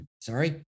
sorry